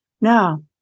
Now